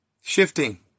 Shifting